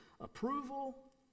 approval